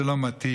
זה לא מתאים,